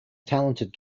talented